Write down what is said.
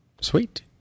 sweet